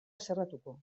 haserretuko